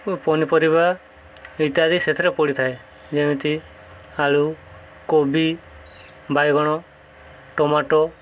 ଓ ପନିପରିବା ଇତ୍ୟାଦି ସେଥିରେ ପଡ଼ିଥାଏ ଯେମିତି ଆଳୁ କୋବି ବାଇଗଣ ଟମାଟୋ